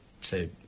say